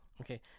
Okay